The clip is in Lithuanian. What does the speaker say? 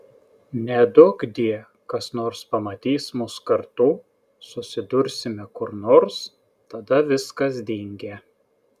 neduokdie kas nors pamatys mus kartu susidursime kur nors tada viskas dingę